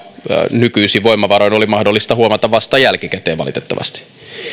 nykyisin voimavaroin oli mahdollista huomata vasta jälkikäteen